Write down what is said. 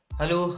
Hello